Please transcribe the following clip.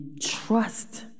trust